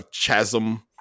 chasm